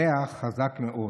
ריח חזק מאוד.